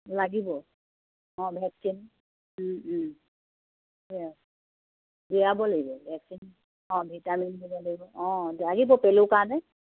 লাগিব অঁ ভেকচিন সেয়া দিয়াব লাগিব ভেকচিন অঁ ভিটামিন দিব লাগিব অঁ লাগিব পেলুৰ কাৰণে